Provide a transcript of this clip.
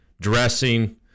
dressing